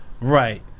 Right